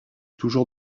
toujours